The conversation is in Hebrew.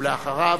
ולאחריו,